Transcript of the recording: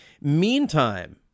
Meantime